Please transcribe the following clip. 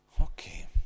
Okay